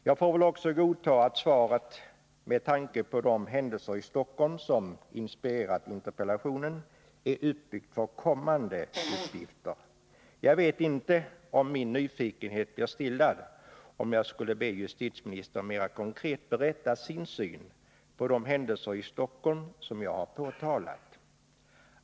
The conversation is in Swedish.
Jag får väl också godta att svaret med tanke på de händelser i Stockholm som inspirerat interpellationen — är uppbyggt för kommande uppgifter. Jag vet inte om min nyfikenhet blir stillad, om jag ber justitieministern mera konkret berätta sin syn på de händelser i Stockholm som jag har påtalat.